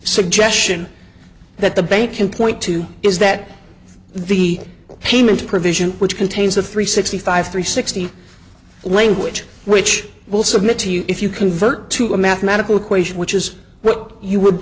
suggestion that the bank can point to is that the payment provision which contains the three sixty five three sixty language which will submit to you if you convert to a mathematical equation which is what you would